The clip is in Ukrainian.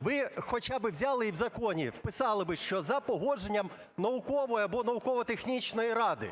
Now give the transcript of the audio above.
Ви хоча б взяли і в законі вписали, що за погодженням наукової або науково-технічної ради.